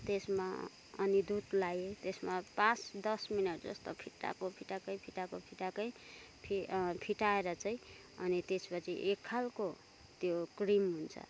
त्यसमा अनि दुध लाएँ त्यसमा पाँच दस मिनट जस्तो फिटेको फिटेकै फिटेको फिटेकै फिटेर चाहिँ अनि त्यसपछि एक खाल्को त्यो क्रिम हुन्छ